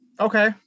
okay